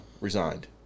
resigned